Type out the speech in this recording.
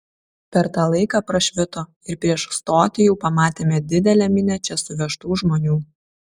per tą laiką prašvito ir prieš stotį jau pamatėme didelę minią čia suvežtų žmonių